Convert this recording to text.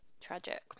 Tragic